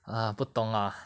ah 不懂 lah